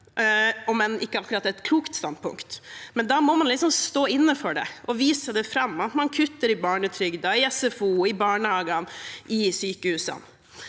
enn ikke akkurat et klokt standpunkt, men da må man stå inne for det og vise det fram – at man kutter i barnetrygden, i SFO, i barnehagene og i sykehusene.